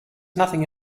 nothing